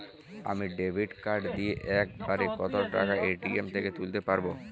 আমি debit card দিয়ে এক বারে কত টাকা এ.টি.এম থেকে তুলতে পারবো?